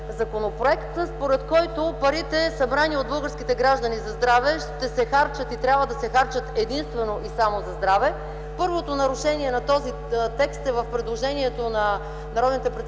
законопроект, според който парите събрани от българските граждани за здраве ще се харчат и трябва да се харчат единствено и само за здраве. Първото нарушение на този текст е в предложението на